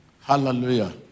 Hallelujah